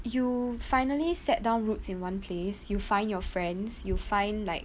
you finally sat down roots in one place you find your friends you find like